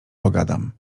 pogadam